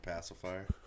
Pacifier